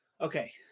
Okay